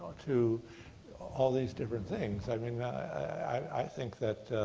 to all these different things. i mean, i think that